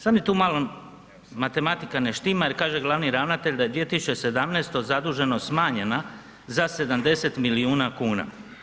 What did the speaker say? Sada mi tu malo matematika ne štima jer kaže glavni ravnatelj da je 2017. zaduženost smanjena za 70 milijuna kuna.